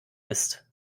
ist